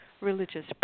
religious